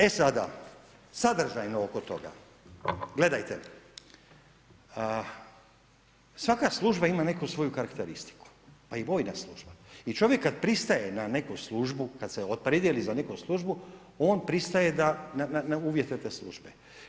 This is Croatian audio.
E sada, sadržajno oko toga, gledajte svaka služba ima neku svoju karakteristiku, pa i vojna služba i čovjek kada pristaje na neku službu kada se opredijeli za neku službu on pristaje na uvjete te službe.